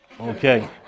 okay